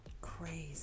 crazy